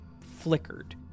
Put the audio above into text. flickered